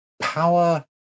power